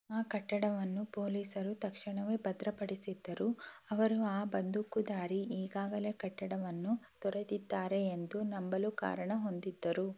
ಆ ಕಟ್ಟಡವನ್ನು ಪೊಲೀಸರು ತಕ್ಷಣವೇ ಭದ್ರಪಡಿಸಿದ್ದರು ಅವರು ಆ ಬಂದೂಕುಧಾರಿ ಈಗಾಗಲೆ ಕಟ್ಟಡವನ್ನು ತೊರೆದಿದ್ದಾರೆ ಎಂದು ನಂಬಲು ಕಾರಣ ಹೊಂದಿದ್ದರು